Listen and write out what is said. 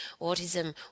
autism